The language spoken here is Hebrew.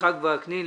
יצחק וקנין,